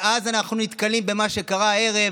ואז אנחנו נתקלים במה שקרה הערב,